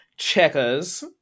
checkers